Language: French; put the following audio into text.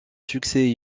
succès